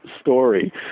story